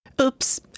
Oops